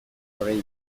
orain